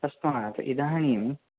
तस्मात् इदानीम्